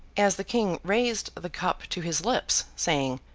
as the king raised the cup to his lips, saying,